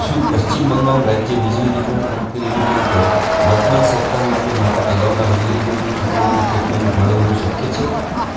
શું પશ્ચિમ બંગાળ રાજ્ય વીજળી વિતરણ કંપની લિમિટેડ પર વર્તમાન સપ્તાહ માટે મારા અગાઉના વીજળી બિલની ચૂકવણીનું સ્ટેટમેન્ટ મેળવવું શક્ય છે